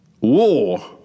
war